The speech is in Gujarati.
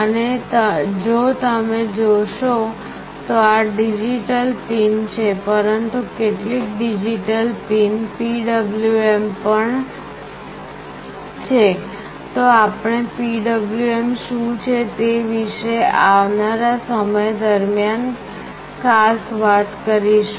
અને જો તમે જોશો તો આ ડિજિટલ પિન છે પરંતુ કેટલીક ડિજિટલ પિન PWM પણ છે તો આપણે PWM શું છે તે વિશે આવનારા સમય દરમિયાન ખાસ વાત કરીશું